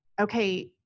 okay